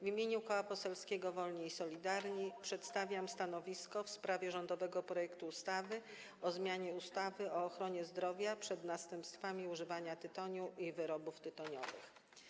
W imieniu Koła Poselskiego Wolni i Solidarni przedstawiam stanowisko w sprawie rządowego projektu ustawy o zmianie ustawy o ochronie zdrowia przed następstwami używania tytoniu i wyrobów tytoniowych.